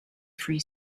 free